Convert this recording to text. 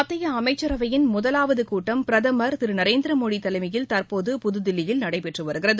மத்திய அமைச்சரவையின் முதலாவது கூட்டம் பிரதமர் திரு நரேந்திர மோடி தலைமையில் தற்போது புதுதில்லியில் நடைபெற்று வருகிறது